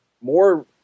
more